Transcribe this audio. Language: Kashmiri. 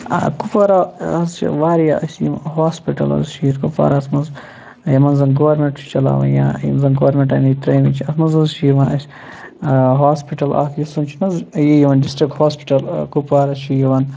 کُپوارہ حظ چھِ واریاہ اسہِ یِم ہوسپِٹَل حظ چھِ ییٚتہِ کُپوارہَس منٛز یِمن زَن گورمینٛٹ چھُ چَلاوان یا یِم زَن گورمینٛٹَن ییٚتہِ ترٛٲمٕتۍ چھِ اَتھ منٛز حظ چھِ یِوان اَسہِ ہوسپِٹَل اَکھ یُس وۄنۍ چھُنہٕ حظ ڈِسٹِرٛک ہوسپِٹل کُپوارہ چھُ یِوان